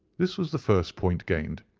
this was the first point gained.